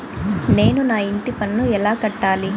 నేను నా ఇంటి పన్నును ఎలా కట్టాలి?